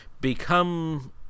become